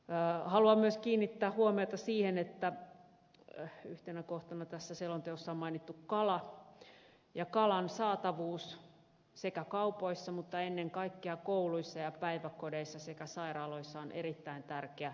haluan myös kiinnittää huomiota siihen että yhtenä kohtana tässä selonteossa on mainittu kala ja kalan saatavuus kaupoissa mutta ennen kaikkea kouluissa ja päiväkodeissa sekä sairaaloissa on erittäin tärkeä